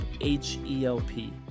H-E-L-P